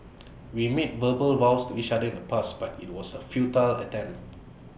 we made verbal vows to each other in the past but IT was A futile attempt